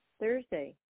Thursday